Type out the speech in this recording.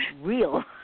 real